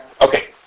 Okay